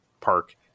park